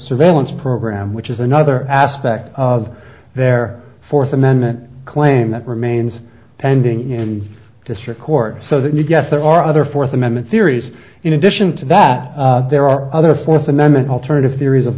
surveillance program which is another aspect of their fourth amendment claim that remains pending in district court so that you guess there are other fourth amendment theories in addition to that there are other fourth amendment alternative theories of